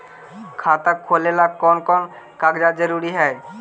खाता खोलें ला कोन कोन कागजात जरूरी है?